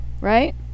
right